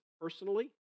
personally